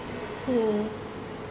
mm